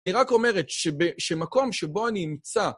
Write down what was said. היא רק אומרת שב... שמקום שבו אני אמצא